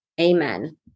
amen